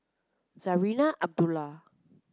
Zarinah Abdullah